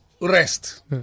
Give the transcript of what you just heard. rest